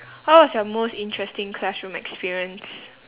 what was your most interesting classroom experience